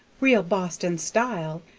real boston style.